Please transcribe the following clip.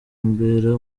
ambera